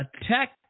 attack